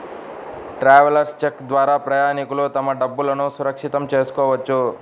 travellers cheque ద్వారా ప్రయాణికులు తమ డబ్బులును సురక్షితం చేసుకోవచ్చు